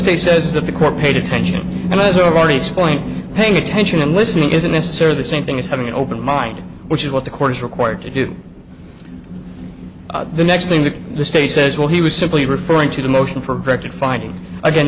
e says that the court paid attention and is already explained paying attention and listening isn't necessarily the same thing as having an open mind which is what the court is required to do the next thing that the state says well he was simply referring to the motion for defining again